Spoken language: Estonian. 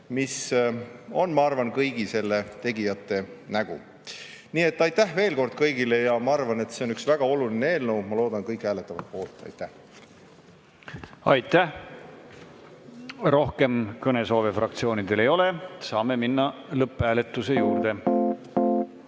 mis on kõigi selle tegijate nägu. Nii et aitäh veel kord kõigile! Ma arvan, et see on üks väga oluline eelnõu, ja ma loodan, et kõik hääletavad selle poolt. Aitäh! Aitäh! Rohkem kõnesoove fraktsioonidel ei ole. Saame minna lõpphääletuse juurde. Austatud